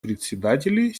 председателей